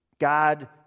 God